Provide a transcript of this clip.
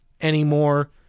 anymore